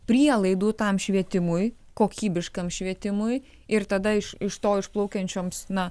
prielaidų tam švietimui kokybiškam švietimui ir tada iš iš to išplaukiančioms na